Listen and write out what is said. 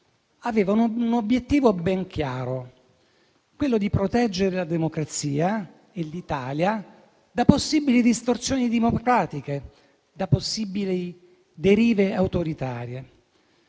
avevano un obiettivo ben chiaro, quello di proteggere la democrazia e l'Italia da possibili distorsioni del principio democratico, da possibili derive autoritarie.